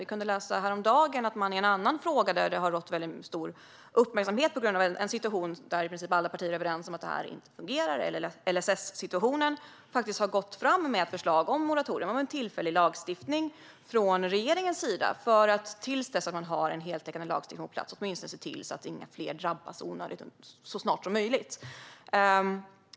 Vi kunde häromdagen läsa att i en annan uppmärksammad fråga, där i princip alla partier är överens, nämligen LSS-situationen, har man gått fram med ett förslag om moratorium, en tillfällig lagstiftning, från regeringens sida för att till dess det finns en heltäckande lagstiftning på plats åtminstone se till att inga fler drabbas i onödan.